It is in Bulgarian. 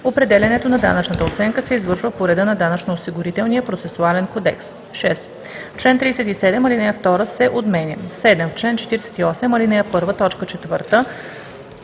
Определянето на данъчната оценка се извършва по реда на Данъчно-осигурителния процесуален кодекс.“ 6. В чл. 37 ал. 2 се отменя. 7. В чл. 48, ал. 1,